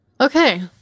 Okay